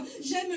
j'aime